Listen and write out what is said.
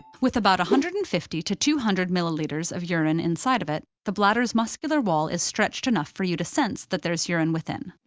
with about one hundred and fifty to two hundred milliliters of urine inside of it, the bladder's muscular wall is stretched enough for you to sense that there's urine within.